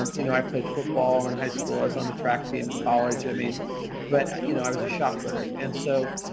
um you know, i played football in high school. i was on the track team in college. i mean but you know i was a shot putter. and so,